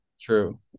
true